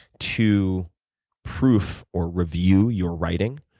to proof or review your writing,